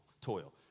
toil